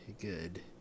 good